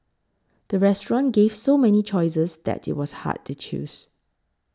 the restaurant gave so many choices that it was hard to choose